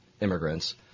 immigrants